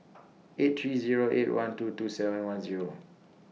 eight three Zero eight one two two seven one Zero